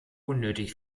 unnötig